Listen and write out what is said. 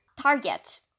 Target